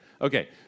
Okay